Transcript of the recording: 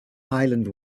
highland